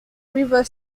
river